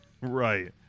Right